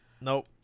Nope